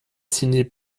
signé